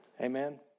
Amen